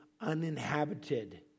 uninhabited